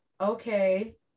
okay